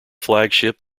flagship